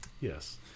Yes